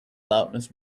loudness